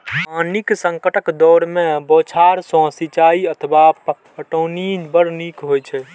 पानिक संकटक दौर मे बौछार सं सिंचाइ अथवा पटौनी बड़ नीक छै